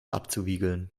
abzuwiegeln